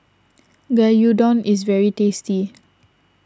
Gyudon is very tasty